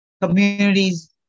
Communities